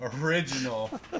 Original